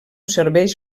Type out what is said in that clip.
serveis